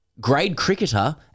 Gradecricketer